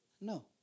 No